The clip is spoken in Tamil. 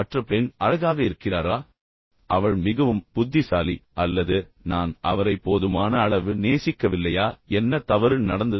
மற்ற பெண் அழகாக இருக்கிறாரா அவள் மிகவும் புத்திசாலி அல்லது நான் அவரை போதுமான அளவு நேசிக்கவில்லையா என்ன தவறு நடந்தது